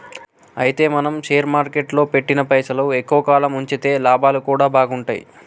అయితే మనం షేర్ మార్కెట్లో పెట్టిన పైసలు ఎక్కువ కాలం ఉంచితే లాభాలు కూడా బాగుంటాయి